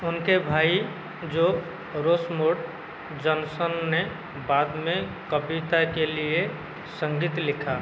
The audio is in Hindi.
उनके भाई जो रोसमोण्ड जॉनसन ने बाद में कविता के लिए संगीत लिखा